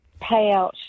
payout